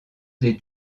des